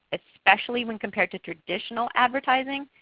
especially when compared to traditional advertising.